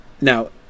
Now